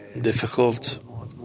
difficult